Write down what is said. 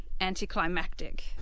anticlimactic